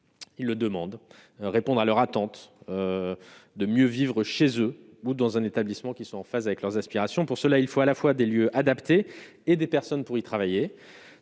il le demande un répondre à leur attente de mieux vivre chez eux ou dans un établissement qui sont en phase avec leurs aspirations pour cela, il faut à la fois des lieux adaptés et des personnes pour y travailler,